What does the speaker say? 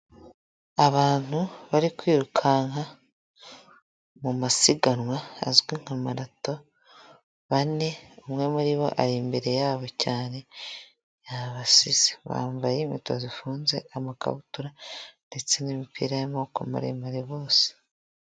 Abantu bari kwirukanka mu masiganwa azwi nka marato, bane, umwe muri bo ari imbere yabo cyane, yabasize. Bambaye inkweto zifunze, amakabutura ndetse n'imipira y'amaboko maremare bose.